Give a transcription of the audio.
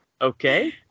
Okay